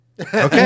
Okay